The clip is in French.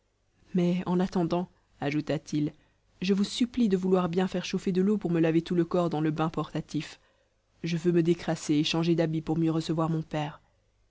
mas en attendant ajouta-t-il je vous supplie de vouloir bien faire chauffer de l'eau pour me laver tout le corps dans le bain portatif je veux me décrasser et changer d'habit pour mieux recevoir mon père